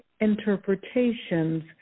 interpretations